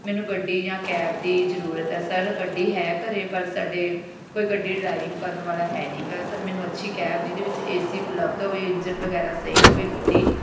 ਮੈਨੂੰ ਗੱਡੀ ਜਾਂ ਕੈਬ ਦੀ ਜ਼ਰੂਰਤ ਹੈ ਸਰ ਗੱਡੀ ਹੈ ਘਰ ਪਰ ਸਾਡੇ ਕੋਈ ਗੱਡੀ ਡਰਾਈਵਿੰਗ ਕਰਨ ਵਾਲਾ ਹੈ ਨੀਗਾ ਸਰ ਮੈਨੂੰ ਅੱਛੀ ਕੈਬ ਜਿਹਦੇ ਵਿੱਚ ਏ ਸੀ ਉਪਲਬਧ ਹੋਵੇ ਇੰਜਣ ਵਗੈਰਾ ਸਹੀ ਹੋਵੇ ਗੱਡੀ